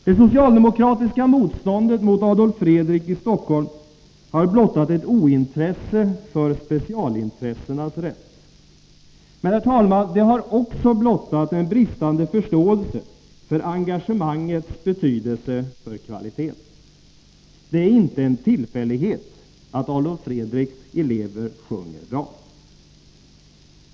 Det socialdemokratiska motståndet mot Adolf Fredrik i Stockholm har blottat ett ointresse för specialintressenas rätt. Men, herr talman, det har också blottat brist på förståelse för engagemangets betydelse för kvaliteten. Det är inte en tillfällighet att Adolf Fredriks elever sjunger bra.